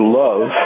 love